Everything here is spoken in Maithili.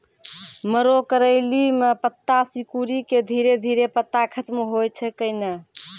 मरो करैली म पत्ता सिकुड़ी के धीरे धीरे पत्ता खत्म होय छै कैनै?